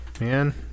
man